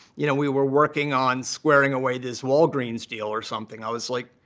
you know, we were working on squaring away this walgreen's deal or something. i was like,